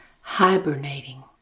hibernating